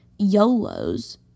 YOLOs